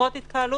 פחות התקהלות.